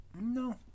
No